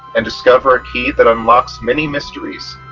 and discover a key that unlocks many mysteries,